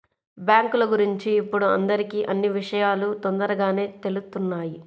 బ్యేంకుల గురించి ఇప్పుడు అందరికీ అన్నీ విషయాలూ తొందరగానే తెలుత్తున్నాయి